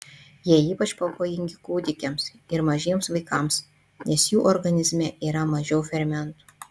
jie ypač pavojingi kūdikiams ir mažiems vaikams nes jų organizme yra mažiau fermentų